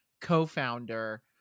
co-founder